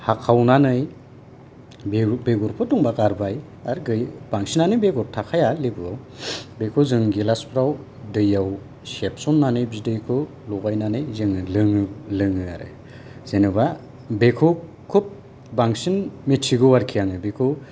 हाखावनानै बेगरफोर दंबा गारबाय आर बांसिनानो बेगर थाखाया लेबुआव बेखौ जों गिलासफ्राव दैयाव सेबसनानै बिदैखौ लगायनानै लोङो आरो जेन'बा बेखौ खुब बेखौ बांसिन मिथिगौ आरो जोङो बेखौ